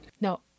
No